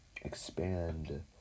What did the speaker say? Expand